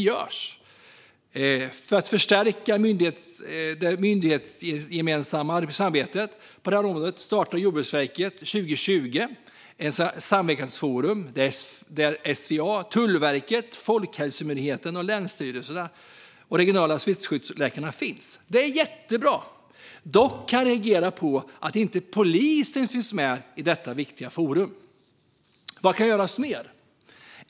För att förstärka det myndighetsgemensamma samarbetet på området startade Jordbruksverket 2020 ett samverkansforum där SVA, Tullverket, Folkhälsomyndigheten, länsstyrelserna och de regionala smittskyddsläkarna finns med. Det är jättebra. Dock kan jag reagera på att polisen inte finns med i detta viktiga forum. Vad kan göras mer?